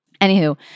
Anywho